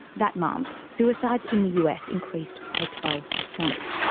that month, suicides in the us increased by twelve percent.